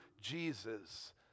Jesus